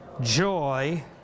joy